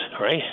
right